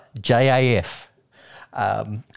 J-A-F